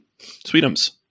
Sweetums